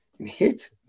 hit